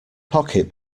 pocket